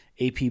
AP